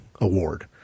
award